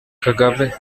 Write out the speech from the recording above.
kagame